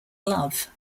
love